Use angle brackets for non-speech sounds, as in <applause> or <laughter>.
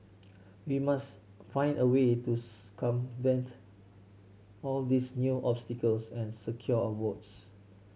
we must find a way to <unintelligible> all these new obstacles and secure our votes